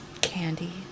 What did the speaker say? Candy